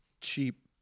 Cheap